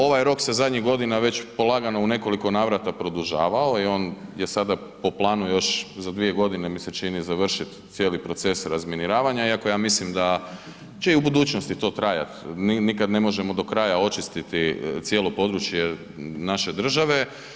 Ovaj rok se zadnjih godina već polagao u nekoliko navrata produžavao i on je sada po planu još za 2 godine mi se čini završit cijeli proces razminiravanja iako ja mislim da će i u budućnosti to trajati, nikada ne možemo do kraja očistiti cijelo područje naše države.